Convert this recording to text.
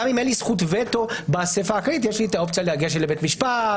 גם אם אין לי זכות וטו באספה הכללית יש לי את האופציה לגשת לבית המשפט,